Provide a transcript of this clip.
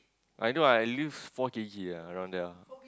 I know I lose four K_G ah around that ah